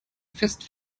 fest